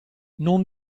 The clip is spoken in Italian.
non